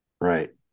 Right